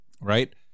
right